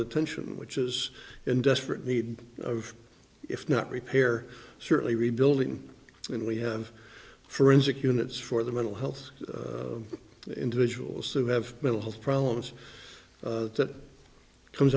detention which is in desperate need of if not repair certainly rebuilding and we have forensic units for the mental health individuals who have mental health problems that comes